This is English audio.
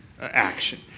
action